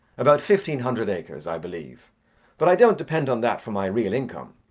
about fifteen hundred acres, i believe but i don't depend on that for my real income.